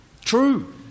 True